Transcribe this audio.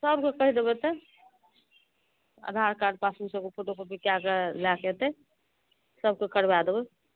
सबके कही देबै तऽ आधार कार्ड पासबुक सबके फोटो कॉपी कए कऽ लए कऽ अयतै सबके करबा देबै